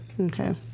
Okay